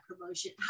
promotion